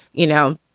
you know,